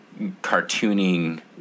cartooning